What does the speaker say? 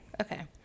Okay